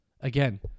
again